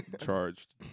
charged